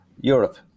Europe